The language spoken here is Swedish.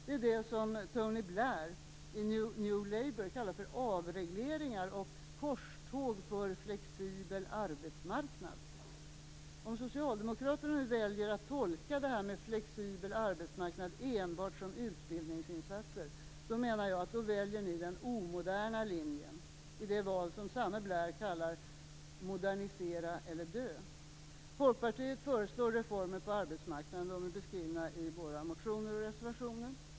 Det är det som Tony Blair i New Labour kallar för avregleringar och "korståg för flexibel arbetsmarknad". Om Socialdemokraterna nu väljer att tolka det här med flexibel arbetsmarknad som enbart utbildningsinsatser, så menar jag att de väljer den omoderna linjen i det val som samme Blair kallar "modernisera eller dö." Folkpartiet föreslår reformer på arbetsmarknaden. De är beskrivna i våra motioner och reservationer.